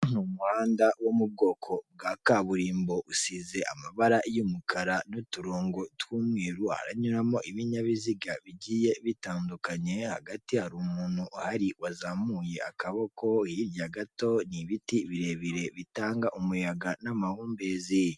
Mu muhanda wo mu bwoko bwa kaburimbo usize amabara y'umukara n'uturongo tw'umweru, haranyuramo ibinyabiziga bigiye bitandukanye, hagati hari umuntu uhari wazamuye akaboko, hirya gato ni ibiti birebire bitanga umuyaga n'amahumbezi.